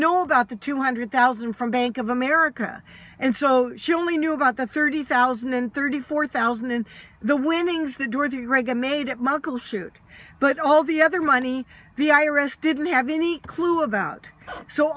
know about the two hundred thousand from bank of america and so she only knew about the thirty thousand and thirty four thousand in the winnings the dorothy reagan made at muckleshoot but all the other money the i r s didn't have any clue about so